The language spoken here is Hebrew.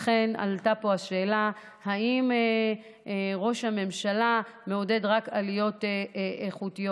עלתה פה השאלה אם ראש הממשלה מעודד רק עליות איכותיות.